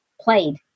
played